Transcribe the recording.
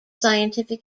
scientific